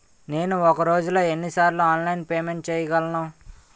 నేను ఒక రోజులో ఎన్ని సార్లు ఆన్లైన్ పేమెంట్ చేయగలను?